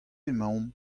emaomp